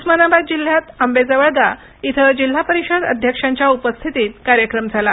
उस्मानाबाद जिल्ह्यात आंबेजवळगा इथं जिल्हापरिषद अध्यक्षांच्या उपस्थितीत कार्यक्रम झाला